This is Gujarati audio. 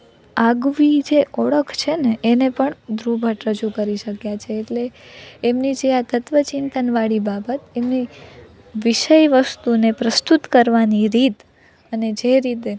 આગવી જે ઓળખ છે ને એને પણ ધ્રુવ ભટ્ટ રજૂ કરી શક્યા છે એટલે એમની જે આ તત્વ ચિંતનવાળી બાબત એમની વિષય વસ્તુને પ્રસ્તુત કરવાની રીત અને જે રીતે